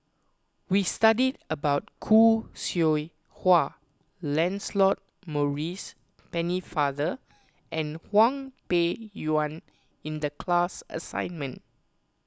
we studied about Khoo Seow Hwa Lancelot Maurice Pennefather and Hwang Peng Yuan in the class assignment